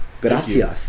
gracias